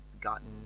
gotten